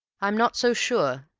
i'm not so sure,